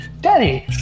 daddy